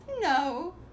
No